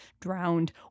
drowned